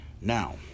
now